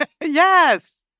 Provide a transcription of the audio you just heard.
Yes